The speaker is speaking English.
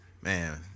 Man